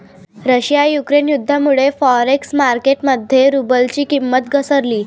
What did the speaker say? Russia Ukraine युद्धामुळे forex market मध्ये रुबलची किंमत घसरली